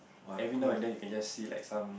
every now and then you can just see like some